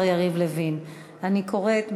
אני קוראת,